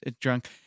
drunk